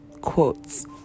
quotes